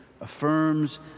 affirms